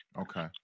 Okay